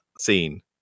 scene